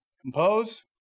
compose